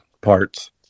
parts